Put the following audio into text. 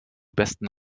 besten